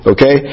Okay